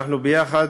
אנחנו ביחד